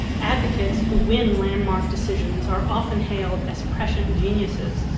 advocates who win landmark decisions are often hailed as prescient geniuses,